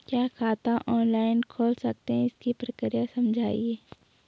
क्या खाता ऑनलाइन खोल सकते हैं इसकी प्रक्रिया समझाइए?